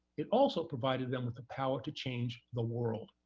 it also provided them with the power to change the world.